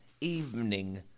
evening